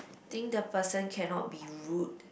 think the person cannot be rude